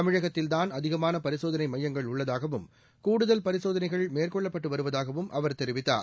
தமிழகத்தில்தான் அதிகமான பரிசோதனை மையங்கள் உள்ளதாகவும் கூடுதல் பரிசோதனைகள் மேற்கொள்ளப்பட்டு வருவதாகவும் அவர் தெரிவித்தார்